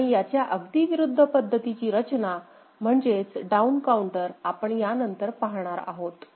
आणि याच्या अगदी विरुद्ध पद्धतीची रचना म्हणजेच डाऊन काउंटर आपण यानंतर पाहणार आहोत